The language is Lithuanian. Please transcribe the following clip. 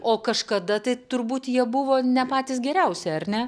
o kažkada tai turbūt jie buvo ne patys geriausi ar ne